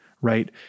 right